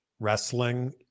wrestling